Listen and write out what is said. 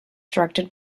directed